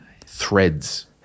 threads